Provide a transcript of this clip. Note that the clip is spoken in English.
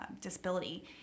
disability